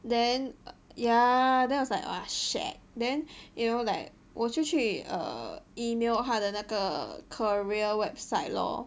then ya then I was like !wah! shit then you know like 我就去 err email 他的那个 career website lor